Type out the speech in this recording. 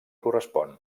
correspon